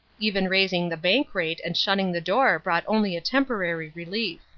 even raising the bank rate and shutting the door brought only a temporary relief.